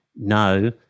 no